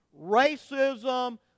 racism